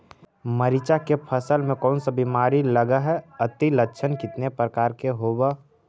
मीरचा के फसल मे कोन सा बीमारी लगहय, अती लक्षण कितने प्रकार के होब?